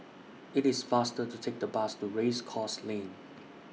IT IS faster to Take The Bus to Race Course Lane